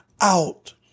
out